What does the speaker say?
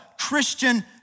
Christian